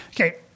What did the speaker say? Okay